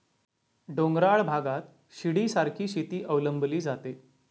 डोंगराळ भागात शिडीसारखी शेती अवलंबली जाते